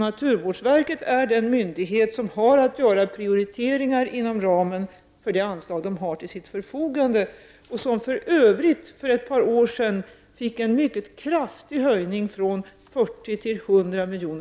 Naturvårdsverket är den myndighet som skall göra prioriteringar inom ramen för det anslag det har till sitt förfogande och som för övrigt för ett par år sedan höjdes mycket kraftigt från